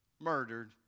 murdered